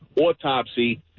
autopsy